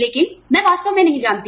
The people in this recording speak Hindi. लेकिन मैं वास्तव में नहीं जानती